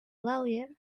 lawyer